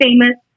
famous